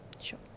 Sure